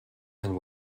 and